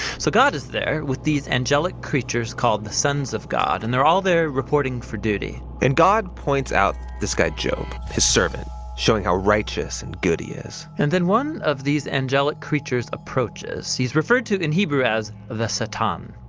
so god is there with these angelic creatures called the sons of god and they're all their reporting for duty. and god points out this guy job his servant showing our righteous and good he is. and then one of these angelic creatures approaches he's referred to in hebrew as the satan.